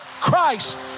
Christ